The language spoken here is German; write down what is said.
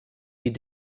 die